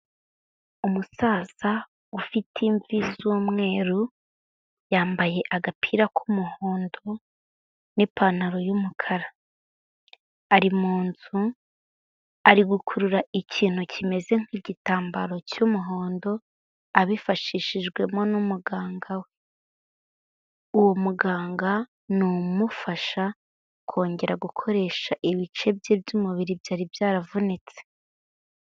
Umusaza ufite imvi z'umweru, yambaye agapira k'umuhondo n'ipantaro y'umukara, ari mu nzu ari gukurura ikintu kimeze nk'igitambaro cy'umuhondo, abifashishijwemo n'umuganga we, uwo muganga ni umufasha kongera gukoresha ibice bye by'umubiri byari byaravunitse.